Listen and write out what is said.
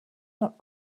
not